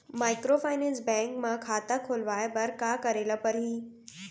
Microfinance bank म खाता खोलवाय बर का करे ल परही?